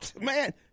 Man